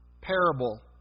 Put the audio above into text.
parable